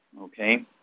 okay